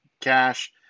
cash